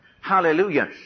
Hallelujah